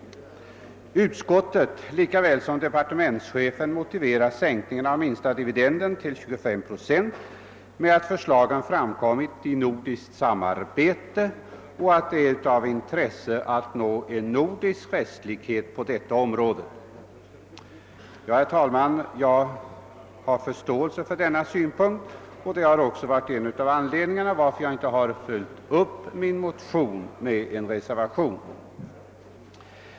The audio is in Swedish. Utskottet och <departementschefen motiverar sänkningen av minsta dividenden till 25 procent med att förslaget har framkommit i nordiskt samarbete och att det är av intresse att nå en nordisk rättslikhet på detta område. Jag har förståelse för denna synpunkt och den är en av anledningarna till att jag inte har följt upp min motion med en reservation.